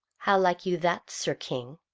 how like you that, sir king?